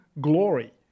glory